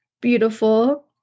beautiful